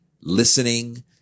listening